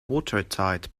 watertight